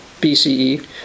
BCE